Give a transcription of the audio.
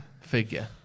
figure